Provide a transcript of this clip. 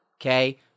Okay